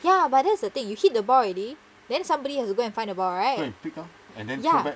ya but that's the thing you hit the bar already then somebody has to go and find the ball right ya